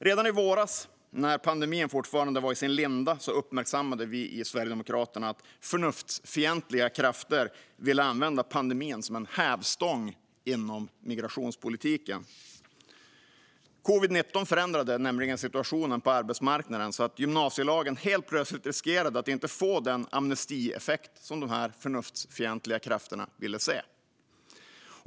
Redan i våras, när pandemin fortfarande var i sin linda, uppmärksammade vi i Sverigedemokraterna att förnuftsfientliga krafter ville använda pandemin som en hävstång inom migrationspolitiken. Covid-19 förändrade nämligen situationen på arbetsmarknaden, så att gymnasielagen helt plötsligt riskerade att inte få den amnestieffekt som de förnuftsfientliga krafterna ville se.